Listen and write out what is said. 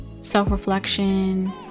self-reflection